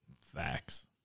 Facts